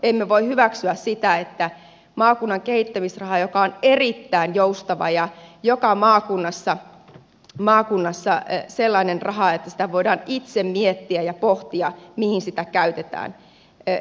emme voi hyväksyä sitä että poistetaan maakunnan kehittämisraha joka on erittäin joustava ja joka maakunnassa sellainen raha että voidaan itse miettiä ja pohtia mihin sitä käytetään